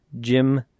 Jim